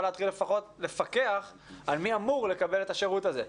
להתחיל לפחות לפקח על מי אמור לקבל את השירות הזה.